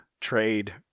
trade